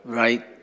right